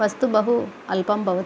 वस्तु बहु अल्पं भवति